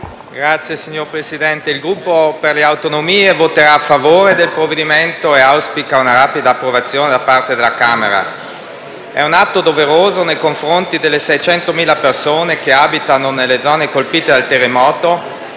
UV))*. Signor Presidente, il Gruppo per le Autonomie voterà a favore del provvedimento e auspica una rapida approvazione da parte della Camera. È un atto doveroso nei confronti delle 600.000 persone che abitano nelle zone colpite dal terremoto